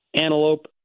antelope